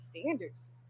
standards